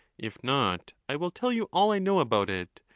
if not, i will tell you all i know about it,